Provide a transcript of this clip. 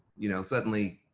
you know, suddenly,